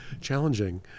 challenging